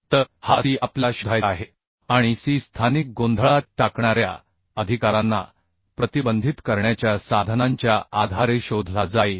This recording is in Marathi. तर हा C आपल्याला शोधायचा आहे आणि C स्थानिक गोंधळात टाकणाऱ्या अधिकारांना प्रतिबंधित करण्याच्या साधनांच्या आधारे शोधला जाईल